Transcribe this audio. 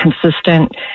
consistent